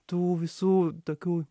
tų visų tokių